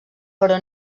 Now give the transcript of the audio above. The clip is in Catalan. però